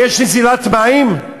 ויש נזילת מים,